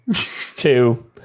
Two